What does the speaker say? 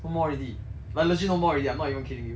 no more already like legit no more already I'm not even kidding you